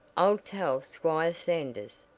i'll tell squire sanders,